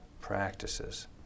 practices